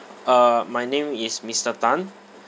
uh my name is mister tan